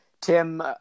Tim